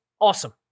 awesome